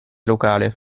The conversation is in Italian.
locale